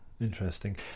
interesting